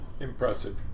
impressive